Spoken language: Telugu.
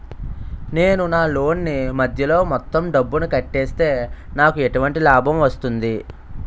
నేను నా లోన్ నీ మధ్యలో మొత్తం డబ్బును కట్టేస్తే నాకు ఎటువంటి లాభం వస్తుంది?